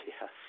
Yes